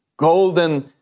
Golden